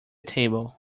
table